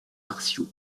martiaux